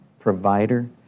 provider